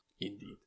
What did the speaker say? Indeed